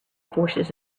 forces